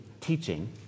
teaching